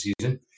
season